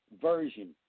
version